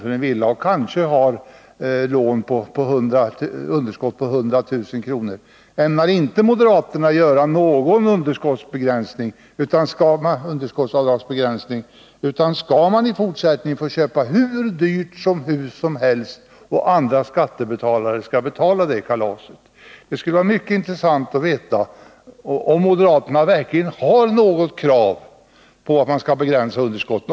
för en villa och kanske har underskott på 100 000 kr.? Ämnar inte moderaterna göra någon underskottsavdragsbegränsning, utan skall man i fortsättningen få köpa hur dyrt hus som helst och andra skattebetalare skall betala det kalaset? Det skulle vara mycket intressant att få veta om moderaterna verkligen har något krav på att underskottsavdragen skall begränsas.